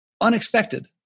Unexpected